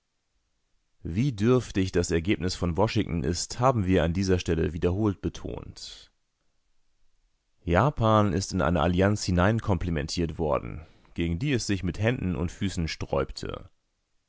wie dürftig das ergebnis von washington ist haben wir an dieser stelle wiederholt betont japan ist in eine allianz hineinkomplimentiert worden gegen die es sich mit händen und füßen sträubte